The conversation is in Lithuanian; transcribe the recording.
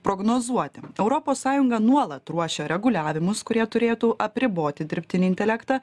prognozuoti europos sąjunga nuolat ruošia reguliavimus kurie turėtų apriboti dirbtinį intelektą